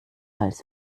als